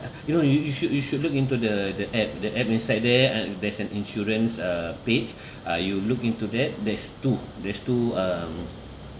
you know you you should you should look into the the app the app inside there and there's an insurance uh page ah you look into that there's two there's two um